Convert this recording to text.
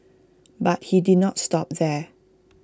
but he did not stop there